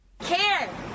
care